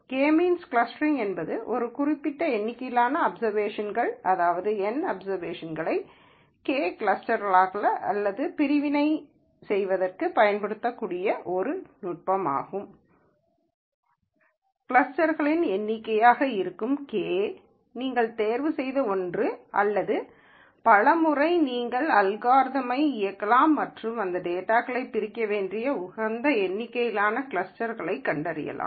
K means clustering என்பது ஒரு குறிப்பிட்ட எண்ணிக்கையிலான அப்சர்வேஷன்களை நீங்கள் N அப்சர்வேஷன்களை K கிளஸ்டர்களாக அல்லது பிரிவினை செய்வதற்குப் பயன்படுத்தக்கூடிய ஒரு நுட்பமாகும் கிளஸ்டர்க்களின் எண்ணிக்கை ஆக இருக்கும் K நீங்கள் தேர்வு செய்த ஒன்று அல்லது பல முறை நீங்கள் அல்காரிதம்யை இயக்கலாம் மற்றும் இந்தத் டேட்டாவைப் பிரிக்க வேண்டிய உகந்த எண்ணிக்கையிலான கிளஸ்டர்களைக் கண்டறியலாம்